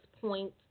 point